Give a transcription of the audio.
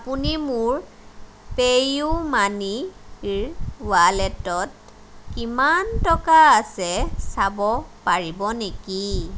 আপুনি মোৰ PayU মানিৰ ৱালেটত কিমান টকা আছে চাব পাৰিব নেকি